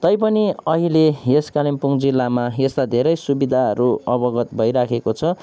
तैपनि अहिले यस कालिम्पोङ जिल्लामा यस्ता धेरै सुविधाहरू अवगत भइरहेको छ